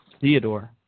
Theodore